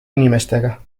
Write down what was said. inimestega